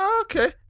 okay